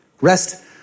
rest